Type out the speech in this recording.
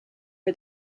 for